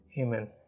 Amen